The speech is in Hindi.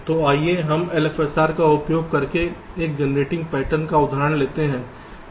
तो आइए हम LFSR का उपयोग करके एक जेनरेटिंग पैटर्न का उदाहरण लेते हैं